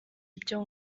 ibyo